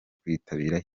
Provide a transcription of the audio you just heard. kwitabira